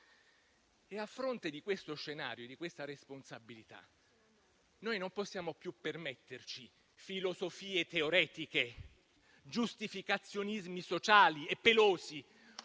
A fronte di questo scenario e di questa responsabilità, non possiamo più permetterci filosofie teoretiche, giustificazionismi sociali e pelosi